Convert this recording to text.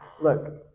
look